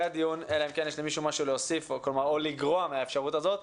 הדיון אלא אם כן יש למישהו משהו להוסיף או לגרוע מהאפשרות הזאת.